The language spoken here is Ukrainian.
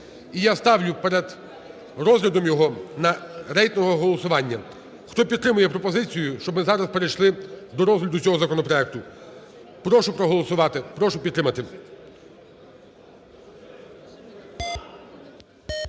І я ставлю перед розглядом його на рейтингове голосування. Хто підтримує пропозицію, щоб ми зараз перейшли до розгляду цього законопроекту, прошу проголосувати. Прошу підтримати.